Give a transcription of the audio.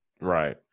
right